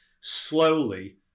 Slowly